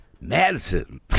Madison